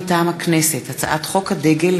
מטעם הכנסת: הצעת חוק הדגל,